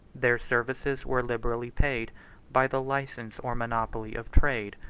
their services were liberally paid by the license or monopoly of trade,